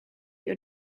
your